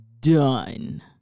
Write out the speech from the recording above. done